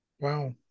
Wow